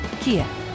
Kia